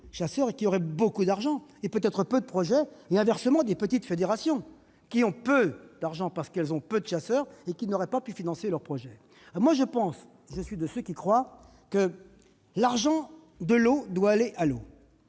auraient beaucoup d'argent et peut-être peu de projets, et, inversement, les petites fédérations, ayant peu d'argent parce qu'elles comptent peu de chasseurs, ne pourraient pas financer leurs projets. Je suis de ceux qui croient que l'argent de l'eau doit aller à l'eau